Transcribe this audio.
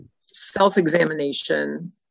self-examination